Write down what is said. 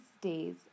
days